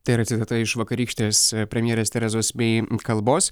tai yra citata iš vakarykštės premjerės terezos mei kalbos